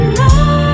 love